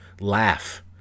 laugh